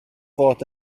fod